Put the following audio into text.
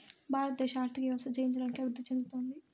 భారతదేశ ఆర్థిక వ్యవస్థ జయించడానికి అభివృద్ధి చెందుతోంది